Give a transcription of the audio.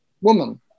woman